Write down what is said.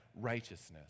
righteousness